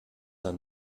ein